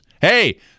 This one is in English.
Hey